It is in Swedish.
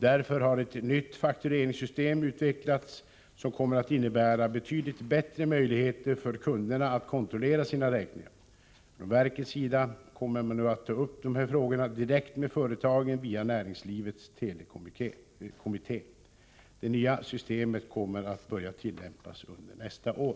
Därför har ett nytt faktureringssystem utvecklats som kommer att innebära betydligt bättre möjligheter för kunderna att kontrollera sina räkningar. Från verkets sida kommer man nu att ta upp dessa frågor direkt med företagen via Näringslivets telekommitté. Det nya systemet kommer att börja tillämpas under näst: år.